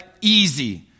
easy